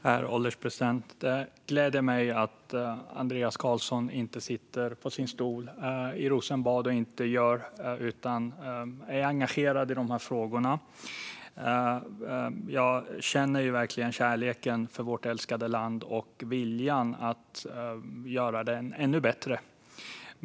Herr ålderspresident! Det gläder mig att Andreas Carlson inte bara sitter på sin stol i Rosenbad utan är engagerad i de här frågorna. Jag känner verkligen kärleken till vårt älskade land och viljan att göra det ännu bättre.